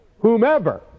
Whomever